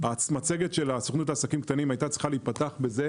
המצגת של הסוכנות לעסקים הקטנים הייתה צריכה להיפתח בזה,